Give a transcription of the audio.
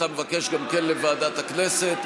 אתה מבקש גם כן לוועדת הכנסת.